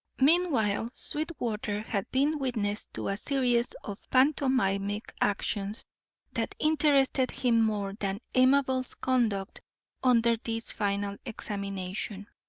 meanwhile sweetwater had been witness to a series of pantomimic actions that interested him more than amabel's conduct under this final examination.